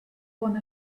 one